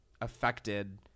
affected